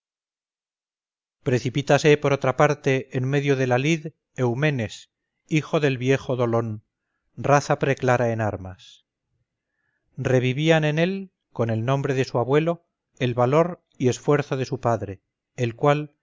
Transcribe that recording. precipítase por otra parte en medio de la lid eumedes hijo del viejo dolón raza preclara en armas revivían en él con el nombre de su abuelo el valor y esfuerzo de su padre el cual